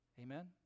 Amen